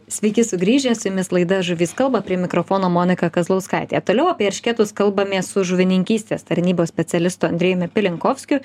sveiki sugrįžę su jumis laida žuvys kalba prie mikrofono monika kazlauskaitė toliau apie eršketus kalbamės su žuvininkystės tarnybos specialistu andrejumi pilinkovskiu